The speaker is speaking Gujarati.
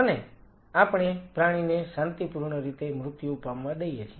અને આપણે પ્રાણીને શાંતિપૂર્ણરીતે મૃત્યુ પામવા દઈએ છીએ